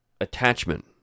attachment